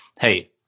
Hey